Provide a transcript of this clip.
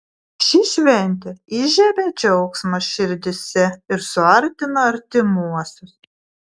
ši šventė įžiebia džiaugsmą širdyse ir suartina artimuosius